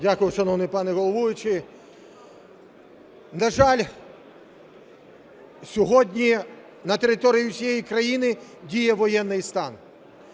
Дякую, шановний пане головуючий. На жаль, сьогодні на території всієї країни діє воєнний стан.